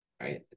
right